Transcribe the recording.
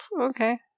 Okay